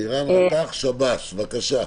לירן משירות בתי הסוהר, בבקשה.